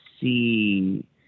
see